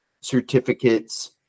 certificates